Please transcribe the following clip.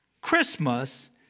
Christmas